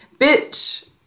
bitch